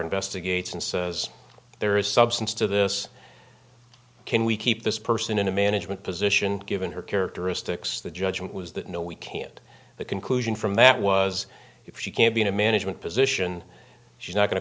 investigates and says there is substance to this can we keep this person in a management position given her characteristics the judgment was that no we can't the conclusion from that was if she can't be in a management position she's not going to